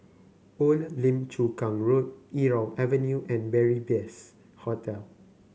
Old Lim Chu Kang Road Irau Avenue and Beary Best Hotel